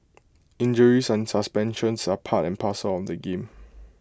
injuries and suspensions are part and parcel of the game